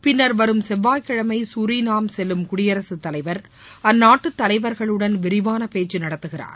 பின்னர் வரும் செவ்வாய்க்கிழமை சூரிநாம் செல்லும் குடியரசுத்தலைவர் அந்நாட்டு தலைவர்களுடன் விரிவான பேச்சு நடத்துகிறார்